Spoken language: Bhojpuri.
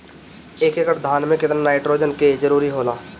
एक एकड़ धान मे केतना नाइट्रोजन के जरूरी होला?